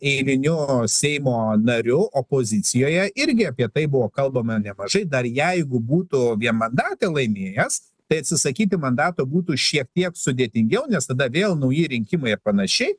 eiliniu seimo nariu opozicijoje irgi apie tai buvo kalbama nemažai dar jeigu būtų vienmandatę laimėjęs tai atsisakyti mandato būtų šiek tiek sudėtingiau nes tada vėl nauji rinkimai ar panašiai